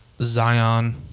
Zion